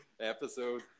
episode